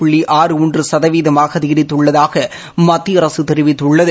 புள்ளி ஆறு ஒன்று சதவீதமாக அதிகரித்துள்ளதாக மத்திய அரசு தெரிவித்துள்ளது